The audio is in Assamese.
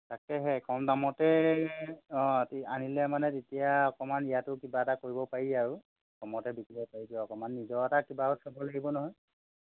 তাকেহে কম দামতে অঁ আনিলে মানে তেতিয়া অকণমান ইয়াতো কিবা এটা কৰিব পাৰি আৰু কমতে বিকিব পাৰি যে অকণমান নিজৰ এটা কিবা চাব লাগিব নহয়